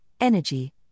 energy